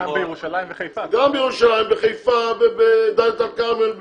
גם בירושלים, בחיפה, בדלית אל כרמל,